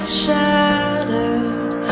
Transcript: shattered